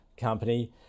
company